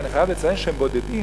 ואני חייב לציין שהם בודדים,